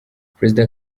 perezida